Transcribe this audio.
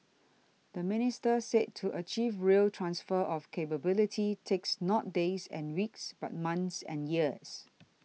the minister said to achieve real transfer of capability takes not days and weeks but months and years